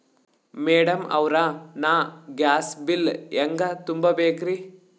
Madam ಅವ್ರ, ನಾ gas bill ಹೆಂಗ ತುಂಬಾ ಬೇಕ್ರಿ?